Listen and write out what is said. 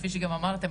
כפי שגם אמרתן,